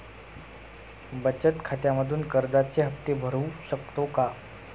बचत खात्यामधून कर्जाचे हफ्ते भरू शकतो का?